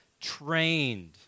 trained